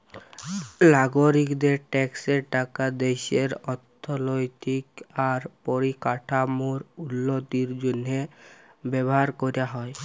লাগরিকদের ট্যাক্সের টাকা দ্যাশের অথ্থলৈতিক আর পরিকাঠামোর উল্লতির জ্যনহে ব্যাভার ক্যরা হ্যয়